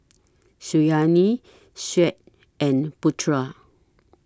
Syazwani Syed and Putra